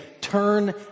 turn